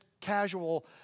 casual